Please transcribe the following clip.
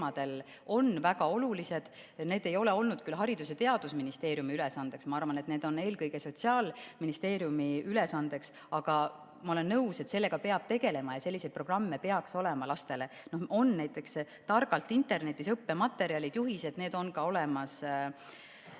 on väga olulised, need ei ole olnud küll Haridus‑ ja Teadusministeeriumi ülesandeks – ma arvan, et need on eelkõige Sotsiaalministeeriumi ülesandeks –, aga ma olen nõus, et sellega peab tegelema ja selliseid programme peaks lastele olema. On näiteks "Targalt internetis" õppematerjalid, juhised. Need on olemas